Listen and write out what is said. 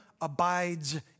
abides